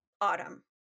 autumn